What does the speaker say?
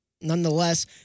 Nonetheless